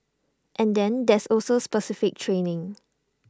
and then there's also specific training